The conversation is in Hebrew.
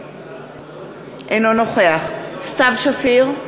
אינו נוכח סתיו שפיר,